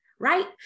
right